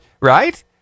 right